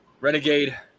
Renegade